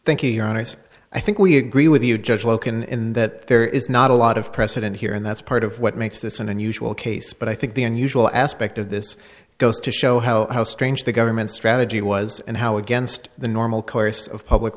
thank you your honor i think we agree with you judge loken in that there is not a lot of precedent here and that's part of what makes this an unusual case but i think the unusual aspect of this goes to show how how strange the government's strategy was and how against the normal course of public